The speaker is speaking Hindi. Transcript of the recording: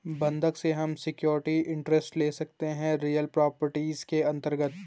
बंधक से हम सिक्योरिटी इंटरेस्ट ले सकते है रियल प्रॉपर्टीज के अंतर्गत